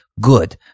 Good